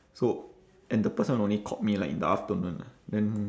so and the person only called me like in the afternoon ah then